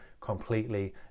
completely